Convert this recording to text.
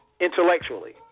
intellectually